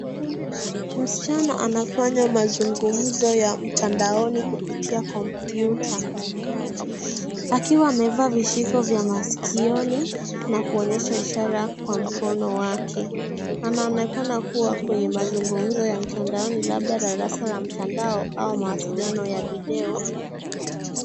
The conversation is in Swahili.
Msichana anafanya mazungumzo ya mtandaoni kupitia kompyuta akiwa amevaa vishiko vya masikioni na kuonyesha ishara kwa mkono wake. Anaonekana kuwa kwenye mazungumzo ya mtandaoni labda darasa la mtandao au mawasiliano ya video.